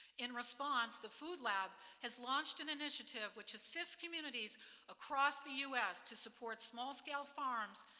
in response, the food lab has launched an initiative which assists communities across the u s. to support small-scale farms,